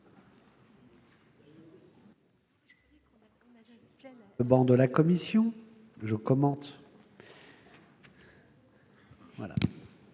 ...